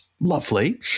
lovely